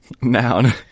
Noun